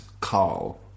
Carl